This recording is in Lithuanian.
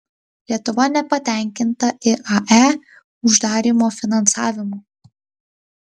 lietuva nepatenkinta iae uždarymo finansavimu